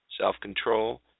self-control